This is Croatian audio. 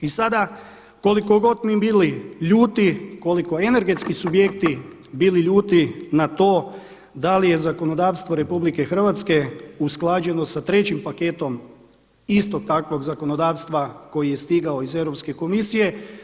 I sada koliko god mi bili ljuti, koliko energetski subjekti bili ljuti na to da li je zakonodavstvo RH usklađeno sa trećim paketom istog takvog zakonodavstva koji je stigao iz Europske komisije.